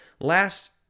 Last